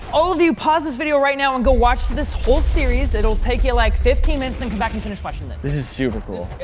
all of you pause this video right now and go watch this whole series it'll take you, like fifteen minutes then come back and finish watching this. this is super cool.